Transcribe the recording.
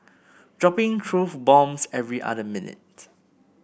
dropping truth bombs every other minute